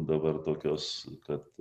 dabar tokios kad